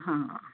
हां